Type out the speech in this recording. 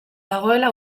dagoela